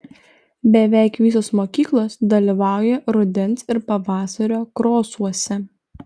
beveik visos mokyklos dalyvauja rudens ir pavasario krosuose